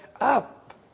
Up